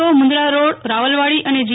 ઓ Mundra road Rawalwadi અને જી